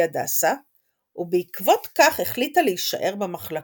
הדסה ובעקבות כך החליטה להישאר במחלקה.